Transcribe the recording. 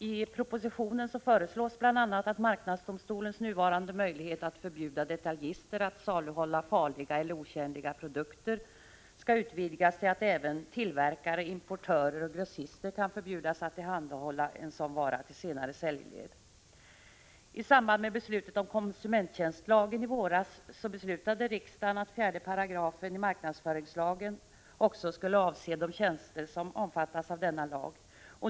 I propositionen föreslås bl.a. att marknadsdomstolens nuvarande möjlighet att förbjuda detaljister att saluhålla farliga eller otjänliga produkter skall utvidgas så att även tillverkare, importörer och grossister kan förbjudas att tillhandahålla en sådan vara till senare säljled. omfattas av denna lag.